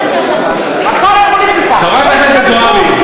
ישראל לבין הרשות הפלסטינית ולהתנגדות העממית,